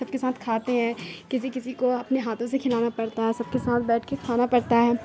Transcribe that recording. سب کے ساتھ کھاتے ہیں کسی کسی کو اپنے ہاتھوں سے کھلانا پڑتا ہے سب کے ساتھ بیٹھ کے کھانا پڑتا ہے